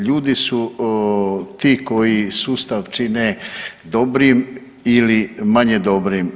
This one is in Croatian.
Ljudi su ti koji sustav čine dobrim ili manje dobrim.